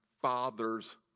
father's